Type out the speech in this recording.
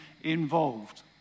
involved